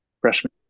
freshman